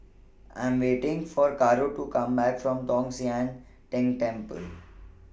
I Am waiting For Caro to Come Back from Tong Sian Tng Temple